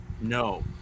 No